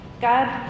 God